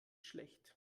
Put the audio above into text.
schlecht